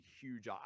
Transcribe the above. huge –